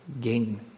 gain